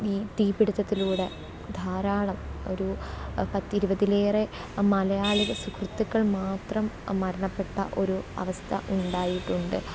തീ പിടിത്തത്തിലൂടെ ധാരാളം ഒരു പത്തിരുപതിലേറെ മലയാളി സുഹൃത്തുക്കൾ മാത്രം മരണപ്പെട്ട ഒരു അവസ്ഥ ഉണ്ടായിട്ടുണ്ട്